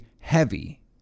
heavy